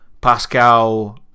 Pascal